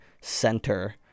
center